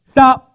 Stop